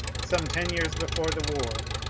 some ten years before the war,